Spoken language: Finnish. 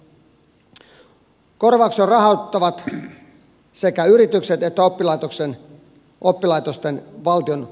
korvauksen rahoittavat sekä yritykset että oppilaitosten valtionavustus